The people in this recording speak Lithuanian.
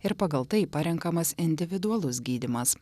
ir pagal tai parenkamas individualus gydymas